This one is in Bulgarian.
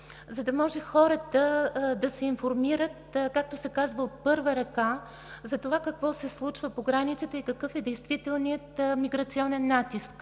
за да може хората да се информират, както се казва, от първа ръка, за това какво се случва по границата и какъв е действителният миграционен натиск.